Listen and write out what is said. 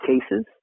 cases